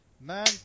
man